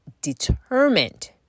determined